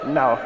no